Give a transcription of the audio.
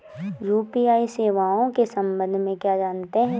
UPI सेवाओं के संबंध में क्या जानते हैं?